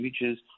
images